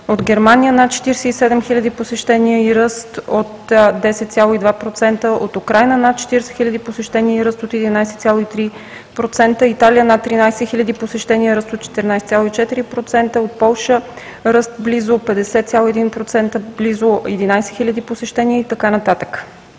от Германия – над 47 хил. посещения и ръст от 10,2%, от Украйна – над 40 хил. посещения и ръст от 11,3%, Италия – над 13 хил. посещения, ръст от 14,4%, от Полша – ръст близо 50,1%, близо 11 хил. посещения и така нататък.